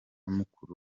mukuru